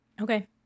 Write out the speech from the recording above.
okay